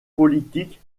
politique